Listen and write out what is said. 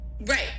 Right